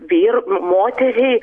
vyr moteriai